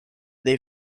they